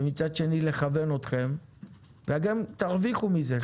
ומצד שני לכוון אתכם וגם תרוויחו מזה.